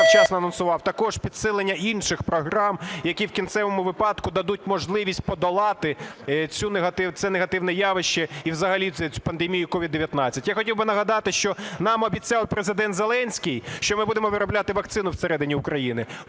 це завчасно анонсував. Також підсилення інших програм, які в кінцевому випадку дадуть можливість подолати це негативне явище і взагалі цю пандемію COVID-19. Я хотів нагадати, що нам обіцяв Президент Зеленський, що ми будемо виробляти вакцину всередині України,